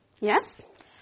yes